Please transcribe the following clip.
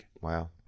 Wow